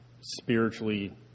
spiritually